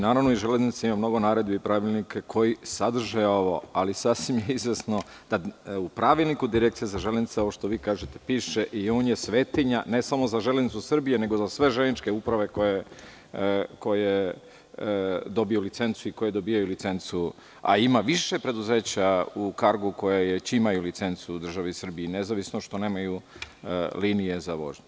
Naravno, i sama železnica, ima svoje pravilnike i naredbe koji sadrže ovo, ali sasvim je izvesno da u pravilniku Direkcije za železnicu, ovo što vi kažete piše i on je svetinja, ne samo za „Železnicu“ Srbije, nego za sve železničke uprave koje dobijaju licencu, a ima više preduzeća u Kargu koje već imaju licencu u državi Srbiji, i nezavisno što nemaju linije za vožnju.